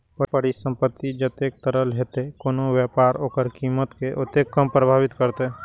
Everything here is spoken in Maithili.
परिसंपत्ति जतेक तरल हेतै, कोनो व्यापार ओकर कीमत कें ओतेक कम प्रभावित करतै